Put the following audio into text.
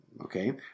Okay